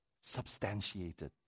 substantiated